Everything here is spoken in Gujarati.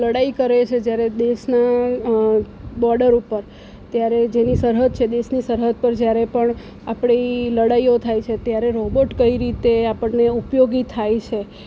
લડાઈ કરે છે જ્યારે દેશનાં બોર્ડર ઉપર ત્યારે જેની સરહદ છે દેશની સરહદ પર જ્યારે પણ આપણી લડાઈઓ થાય છે ત્યારે રોબોટ કઈ રીતે આપણને ઉપયોગી થાય છે